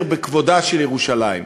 להתהדר בכבודה של ירושלים,